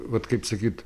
vat kaip sakyt